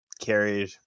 carried –